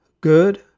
good